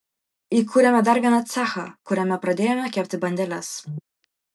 įkūrėme dar vieną cechą kuriame pradėjome kepti bandeles